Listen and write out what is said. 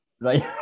Right